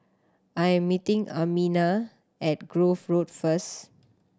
I am meeting Amiah at Grove Road first